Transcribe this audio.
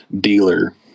dealer